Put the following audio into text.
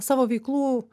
savo veiklų